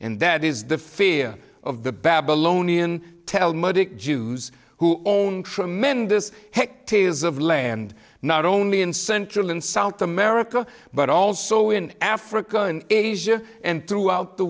and that is the fear of the babylonian talmud it jews who own tremendous hecht is of lead and not only in central and south america but also in africa and asia and throughout the